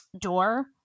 door